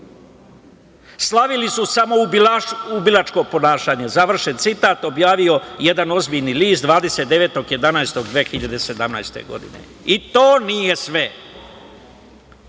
„Slavili su samoubilačko ponašanje“, završen citat, objavio jedan ozbiljni list 29. 11. 2017. godine.I to nije sve!